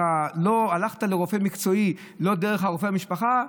הלכת לרופא מקצועי לא דרך רופא המשפחה?